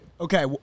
Okay